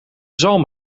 zalm